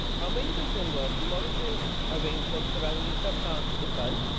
our main concern was the monitoring arrangements surrounding some parts of the fund.